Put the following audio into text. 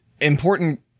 important